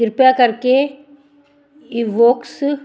ਕਿਰਪਾ ਕਰਕੇ ਇਵੋਕਸ